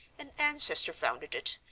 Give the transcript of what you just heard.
an ancestor founded it,